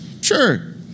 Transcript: Sure